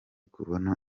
kubona